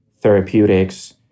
therapeutics